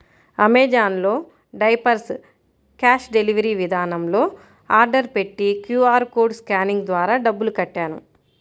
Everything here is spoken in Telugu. అమెజాన్ లో డైపర్స్ క్యాష్ డెలీవరీ విధానంలో ఆర్డర్ పెట్టి క్యూ.ఆర్ కోడ్ స్కానింగ్ ద్వారా డబ్బులు కట్టాను